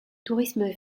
tourisme